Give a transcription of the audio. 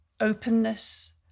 openness